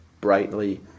brightly